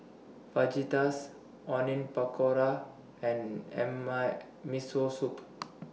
Fajitas Onion Pakora and M I Miso Soup